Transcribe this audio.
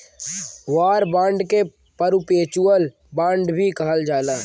war bond के perpetual bond भी कहल जाला